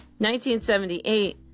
1978